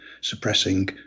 suppressing